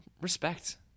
Respect